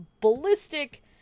ballistic